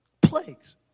Plagues